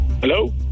Hello